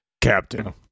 Captain